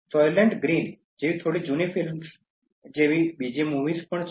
Soylent Green જેવી થોડી જૂની ફિલ્મ્સ જેવી બીજી મૂવીઝ પણ છે